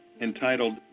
entitled